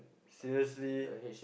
seriously